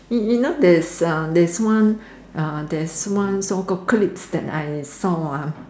you know there is ah one there is one so called clips that I saw ah